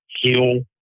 heal